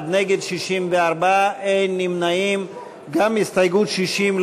60. הסתייגות מס' 60,